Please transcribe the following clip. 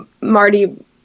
Marty